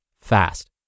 fast